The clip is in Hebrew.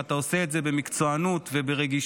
ואתה עושה את זה במקצוענות וברגישות,